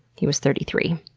he was thirty three.